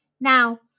Now